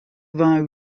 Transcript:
vingt